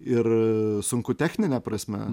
ir sunku technine prasme